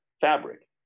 fabric